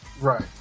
Right